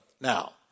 Now